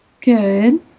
good